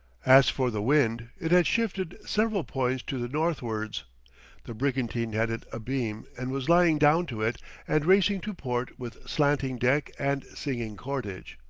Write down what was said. as for the wind, it had shifted several points to the northwards the brigantine had it abeam and was lying down to it and racing to port with slanting deck and singing cordage.